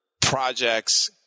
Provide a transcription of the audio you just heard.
projects